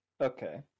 Okay